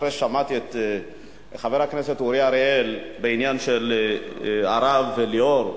אחרי ששמעתי את חבר הכנסת אורי אריאל בעניין הרב ליאור.